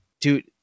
Dude